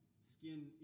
skin